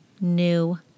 new